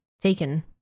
taken